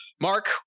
mark